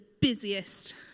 busiest